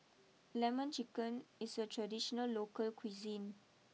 Lemon Chicken is a traditional local cuisine